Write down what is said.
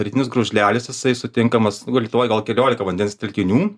rytinis gružlelis jisai sutinkamas nu gal lietuvoj gal keliolika vandens telkinių